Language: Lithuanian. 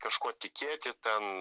kažkuo tikėti ten